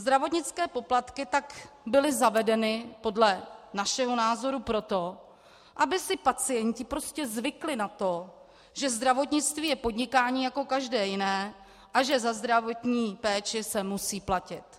Zdravotnické poplatky tak byly zavedeny podle našeho názoru proto, aby si pacienti prostě zvykli na to, že zdravotnictví je podnikání jako každé jiné a že za zdravotní péči se musí platit.